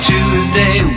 Tuesday